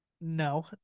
no